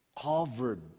covered